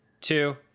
two